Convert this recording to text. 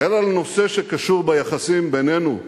אלא לנושא שקשור ליחסים בינינו,